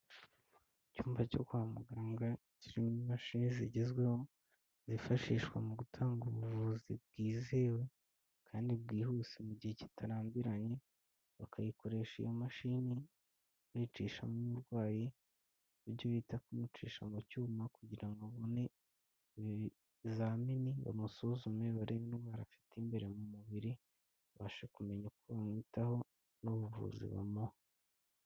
Icyumba cyo kwa muganga kirimo imashini zigezweho, zifashishwa mu gutanga ubuvuzi bwizewe kandi bwihuse mu gihe kitarambiranye, bakayikoresha iyo mashini, bayicishamo umurwayi, ibyo bita kumucisha mu cyuma, kugira ngo babone ibizamini, bamusuzume barebe idwara afite imbere mu mubiri, babashe kumenya uko bamwitaho, n'ubuvuzi bamuha.